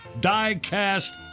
die-cast